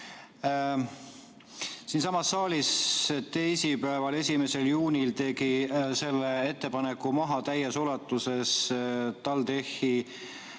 Siinsamas saalis teisipäeval, 1. juunil tegi selle ettepaneku maha täies ulatuses TalTechi